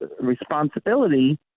responsibility